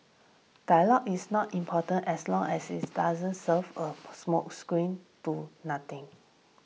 dialogue is not important as long as it's doesn't serve a smokescreen to nothing